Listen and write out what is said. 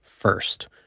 first